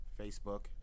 facebook